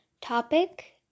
topic